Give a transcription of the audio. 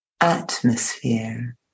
atmosphere